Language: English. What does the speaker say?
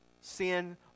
Sin